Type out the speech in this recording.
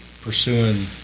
pursuing